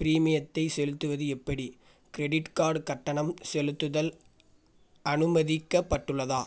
ப்ரீமியத்தைச் செலுத்துவது எப்படி credit card கட்டணம் செலுத்துதல் அனுமதிக்கப்பட்டுள்ளதா